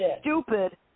stupid